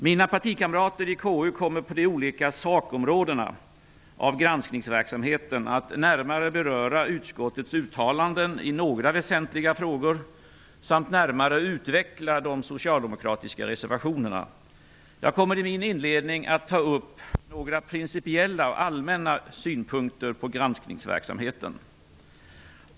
Mina partikamrater i KU kommer på de olika sakområdena av granskningsverksamheten att närmare beröra utskottets uttalanden i några väsentliga frågor samt att närmare utveckla de socialdemokratiska reservationerna. Jag kommer i min inledning att ta upp några principiella och allmänna synpunkter på granskningsverksamheten.